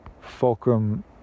fulcrum